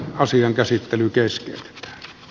asian käsittely kesti